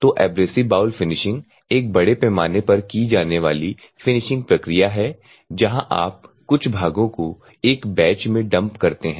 तो abrasive bowl finishing एक बड़े पैमाने पर की जाने वाली फिनिशिंग प्रक्रिया है जहां आप कुछ भागों को एक बैच में डंप करते हैं